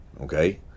Okay